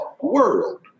world